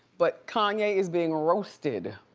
but kanye is being roasted